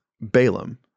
Balaam